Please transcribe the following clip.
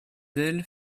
d’elles